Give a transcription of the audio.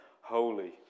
holy